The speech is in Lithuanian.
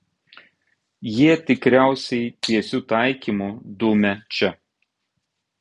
jie tikriausiai tiesiu taikymu dumia čia